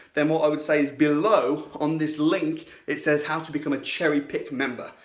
then what i would say is below on this link it says how to become a cherry picked member.